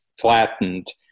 flattened